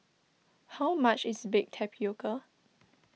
how much is Baked Tapioca